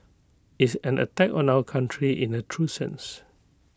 it's an attack on our country in A true sense